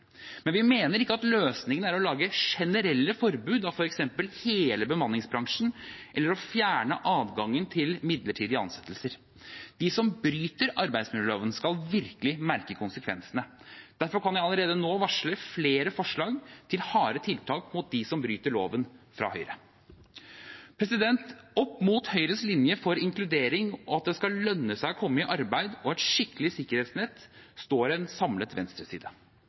Vi mener ikke løsningen er å lage generelle forbud mot f.eks. hele bemanningsbransjen eller å fjerne adgangen til midlertidige ansettelser. De som bryter arbeidsmiljøloven, skal virkelig merke konsekvensene. Derfor kan jeg allerede nå varsle flere forslag fra Høyre til harde tiltak mot dem som bryter loven. Opp mot Høyres linje for inkludering, at det skal lønne seg å komme i arbeid, og et skikkelig sikkerhetsnett står en samlet venstreside.